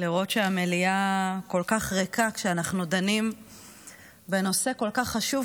לראות שהמליאה כל כך ריקה כשאנחנו דנים בנושא כל כך חשוב,